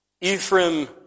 Ephraim